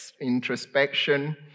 introspection